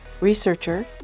researcher